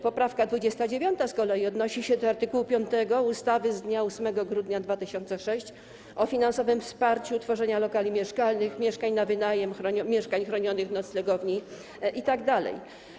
Poprawka 29. z kolei odnosi się do art. 5 ustawy z dnia 8 grudnia 2006 r. o finansowym wsparciu tworzenia lokali mieszkalnych, mieszkań na wynajem, mieszkań chronionych, noclegowni itd.